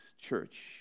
church